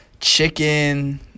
chicken